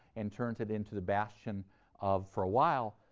and turns it into the bastion of, for awhile,